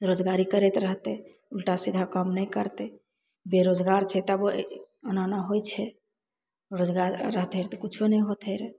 रोजगारी करैत रहितय उलटा सीधा काम नहि करतय बेरोजगार छै तबो एना ओना होइ छै रोजगार अगर रहितय रऽ तऽ कुछो नहि होइतय रऽ